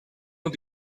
und